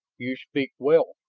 you speak well,